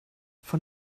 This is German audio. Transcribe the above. von